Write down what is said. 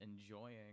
enjoying